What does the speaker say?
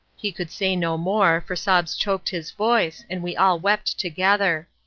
he could say no more, for sobs choked his voice, and we all wept together.